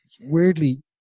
weirdly